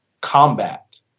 combat